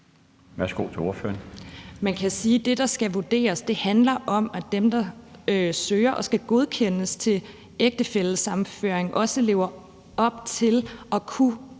Skalvig (LA): Man kan sige, at det, der skal vurderes, handler om, at dem, der søger og skal godkendes til ægtefællesammenføring, også lever op til at kunne